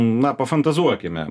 na pafantazuokime